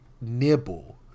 nibble